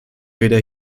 weder